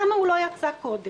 למה הוא לא יצא קודם?